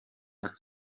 tak